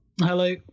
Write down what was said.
Hello